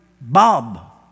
Bob